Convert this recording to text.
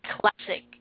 classic